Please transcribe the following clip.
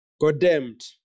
Condemned